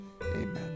amen